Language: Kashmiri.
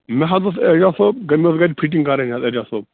مےٚ حظ اوس ایجاز صٲب گَرِ مےٚ ٲس گَرِ فِٹِنٛگ کرٕنۍ حظ ایجاز صٲب